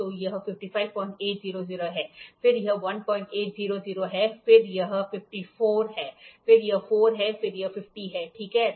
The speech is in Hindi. तो यह ५५8०० है फिर यह 1800 है फिर यह 54 है फिर यह 4 है फिर यह 50 है ठीक है